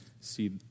See